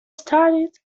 started